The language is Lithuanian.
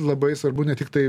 labai svarbu ne tiktai